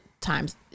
time's